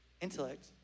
intellect